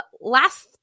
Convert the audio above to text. last